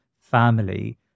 family